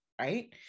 right